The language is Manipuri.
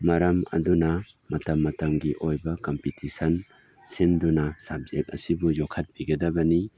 ꯃꯔꯝ ꯑꯗꯨꯅ ꯃꯇꯝ ꯃꯇꯝꯒꯤ ꯑꯣꯏꯕ ꯀꯝꯄꯤꯇꯤꯁꯟ ꯁꯤꯟꯗꯨꯅ ꯁꯕꯖꯦꯛ ꯑꯁꯤꯕꯨ ꯌꯣꯛꯈꯠꯄꯤꯒꯗꯕꯅꯤ